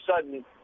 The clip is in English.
sudden